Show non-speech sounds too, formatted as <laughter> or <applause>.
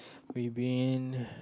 we been <breath>